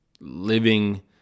living